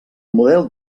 model